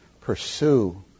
pursue